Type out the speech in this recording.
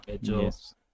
Yes